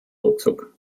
ruckzuck